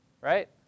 right